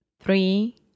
three